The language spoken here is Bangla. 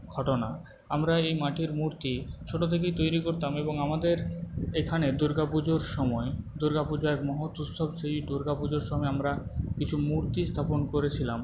ঘটনা আমরা এই মাটির মূর্তি ছোট থেকেই তৈরি করতাম এবং আমাদের এখানে দুর্গাপুজোর সময় দুর্গাপূজার মহোৎসব সেই দুর্গাপুজোর সময় আমরা কিছু মূর্তি স্থাপন করেছিলাম